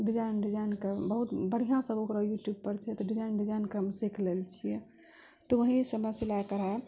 design design के बहुत बढिआँ सब ओकरा यूट्यूबपर छै तऽ डिजाइन डिजाइनके सीखि लै छियै तऽ वहीं सिलाइ कढ़ाइ